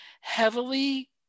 heavily